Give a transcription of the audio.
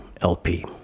LP